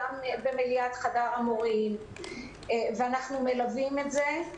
גם במליאת חדר המורים ואנחנו מלווים את זה.